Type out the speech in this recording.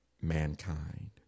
Mankind